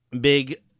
big